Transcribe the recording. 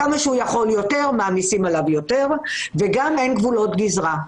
כמה שהוא יכול יותר מעמיסים עליו יותר וגם אין גבולות גזרה.